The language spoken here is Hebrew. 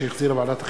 שהחזירה ועדת החינוך,